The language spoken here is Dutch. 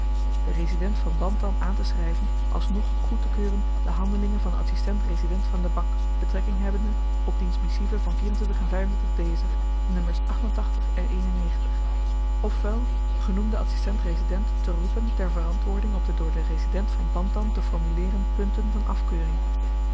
den resident van bantam aanteschryven alsnog goedtekeuren de handelingen van den adsistent resident van lebak betrekking hebbende op diens missieves van nu wel genoemden adsistent resident te roepen ter verantwoording op de door den resident van bantam te formuleeren punten van afkeuring